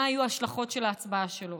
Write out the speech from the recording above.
מה היו ההשלכות של ההצבעה שלו.